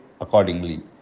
accordingly